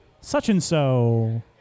such-and-so